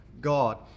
God